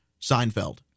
Seinfeld